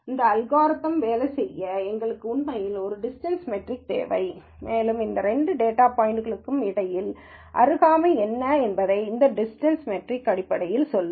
இந்த அல்காரிதம் வேலை செய்ய எங்களுக்கு உண்மையில் ஒரு டிஸ்டன்ஸ் மெட்ரிக் தேவை மேலும் இந்த இரண்டு டேட்டா பாயிண்ட்களுக்கும் இடையிலான அருகாமை என்ன என்பதை இந்த டிஸ்டன்ஸ் மெட்ரிக் அடிப்படையில் சொல்லும்